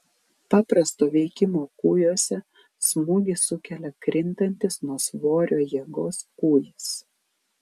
paprasto veikimo kūjuose smūgį sukelia krintantis nuo svorio jėgos kūjis